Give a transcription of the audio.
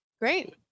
great